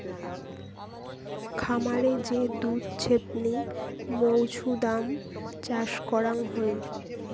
খামারে যে দুধ ছেপনি মৌছুদাম চাষ করাং হই